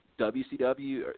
WCW